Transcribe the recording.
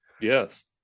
Yes